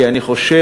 כי אני חושב,